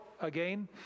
again